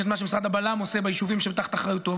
יש את מה שמשרד הבל"מ עושה ביישובים שהם תחת אחריותו,